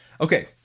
Okay